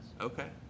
okay